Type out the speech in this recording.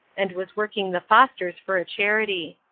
and was working the fosters for a charity.